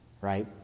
Right